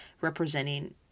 representing